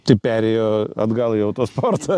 tai perėjo atgal į autosportą